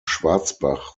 schwarzbach